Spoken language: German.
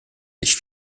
sich